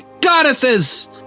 goddesses